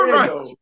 right